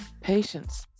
Patience